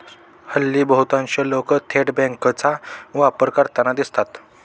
हल्ली बहुतांश लोक थेट बँकांचा वापर करताना दिसतात